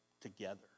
together